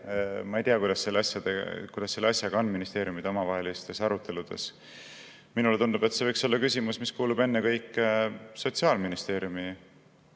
Ma ei tea, kuidas selle asjaga on ministeeriumide omavahelistes aruteludes. Minule tundub, et see võiks olla küsimus, mis kuulub ennekõike Sotsiaalministeeriumi